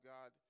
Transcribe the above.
God